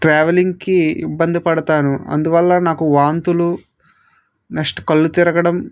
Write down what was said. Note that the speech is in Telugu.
ట్రావెలింగ్కి ఇబ్బంది పడతాను అందువల్ల నాకు వాంతులు నెక్స్ట్ కళ్లు తిరగడం